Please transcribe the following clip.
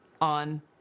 on